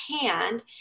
hand